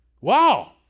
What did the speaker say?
Wow